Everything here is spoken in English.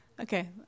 Okay